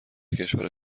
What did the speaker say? کشور